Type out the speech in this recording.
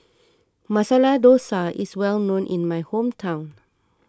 Masala Dosa is well known in my hometown